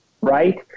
right